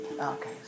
Okay